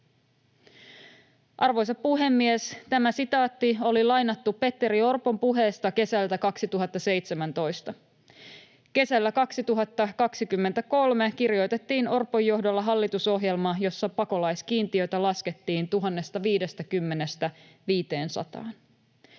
Arvoisa puhemies! Tämä sitaatti oli lainattu Petteri Orpon puheesta kesältä 2017. Kesällä 2023 kirjoitettiin Orpon johdolla hallitusohjelma, jossa pakolaiskiintiötä laskettiin 1 050:stä